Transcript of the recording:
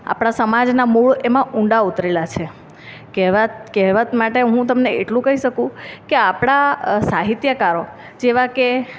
આપણા સમાજનાં મૂળ એમાં ઊંડા ઉતરેલાં છે કહેવત કહેવત માટે હું તમને એટલું કહી શકું કે આપણા સાહિત્યકારો જેવા કે